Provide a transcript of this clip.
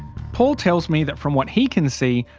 paul tells me that from what he can see,